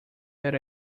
that